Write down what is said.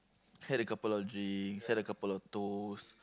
had a couple drinks had a couple of toast